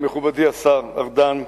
מכובדי השר ארדן,